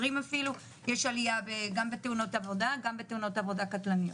יש עליה גם בתאונות עבודה וגם בתאונות עבודה קטלניות.